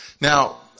Now